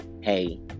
hey